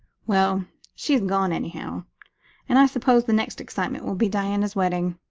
well, she's gone anyhow and i suppose the next excitement will be diana's wedding.